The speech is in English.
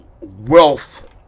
wealth